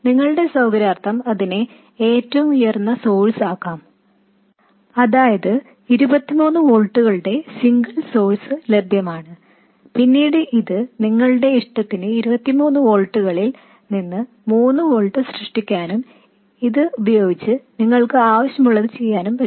നിങ്ങളുടെ സൌകര്യാർത്ഥം അതിനെ ഏറ്റവും ഉയർന്ന സോഴ്സ് ആക്കാം അതായത് 23 വോൾട്ടുകളുടെ സിംഗിൾ സോഴ്സ് ലഭ്യമാണ് പിന്നീട് അത് നിങ്ങളുടെ ഇഷ്ടത്തിന് 23 വോൾട്ടുകളിൽ നിന്ന് 3 വോൾട്ട് സൃഷ്ടിക്കാനും അത് ഉപയോഗിച്ച് നിങ്ങൾക്ക് ആവശ്യമുള്ളത് ചെയ്യാനും പറ്റും